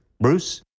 Bruce